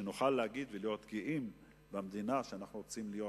שנוכל להגיד ולהיות גאים במדינה שאנחנו רוצים להיות